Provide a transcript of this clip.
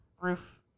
roof